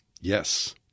Yes